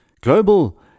global